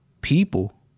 people